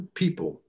people